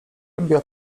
robiła